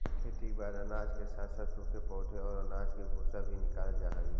खेती के बाद अनाज के साथ साथ सूखे पौधे और अनाज का भूसा भी निकावल जा हई